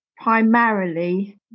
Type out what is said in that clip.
primarily